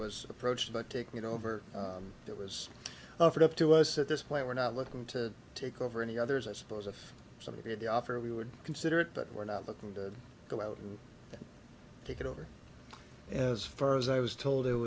was approached about taking it over that was offered up to us at this point we're not looking to take over any others i suppose if somebody had the offer we would consider it but we're not looking to go out and take it over as far as i was told it